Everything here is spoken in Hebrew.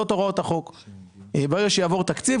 ברגע שיעבור תקציב,